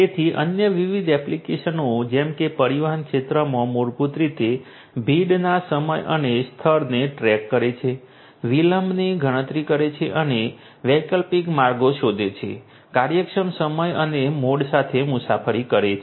તેથી અન્ય વિવિધ એપ્લિકેશનો જેમ કે પરિવહન ક્ષેત્રમાં મૂળભૂત રીતે ભીડના સમય અને સ્થળને ટ્રૅક કરે છે વિલંબની ગણતરી કરે છે અને વૈકલ્પિક માર્ગો શોધે છે કાર્યક્ષમ સમય અને મોડ સાથે મુસાફરી કરે છે